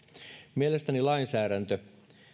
mielestäni lainsäädäntö